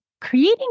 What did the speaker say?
creating